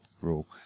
rule